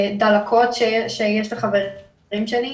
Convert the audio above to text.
דלקות שיש לחברים שלי,